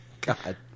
god